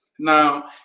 Now